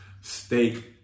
steak